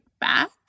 back